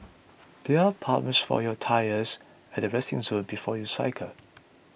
there are pumps for your tyres at the resting zone before you cycle